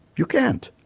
you can't.